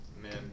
man